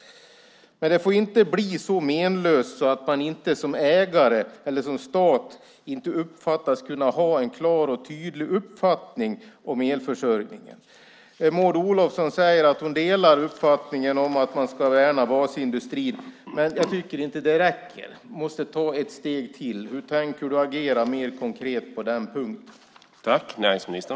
Men det får inte bli så menlöst att staten som ägare inte uppfattas kunna ha en klar och tydlig uppfattning om elförsörjningen. Maud Olofsson säger att hon delar uppfattningen att man ska värna basindustrin. Men jag tycker inte att det räcker. Man måste ta ett steg till. Hur tänker näringsministern agera mer konkret på den punkten?